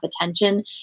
attention